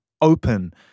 open